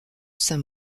saint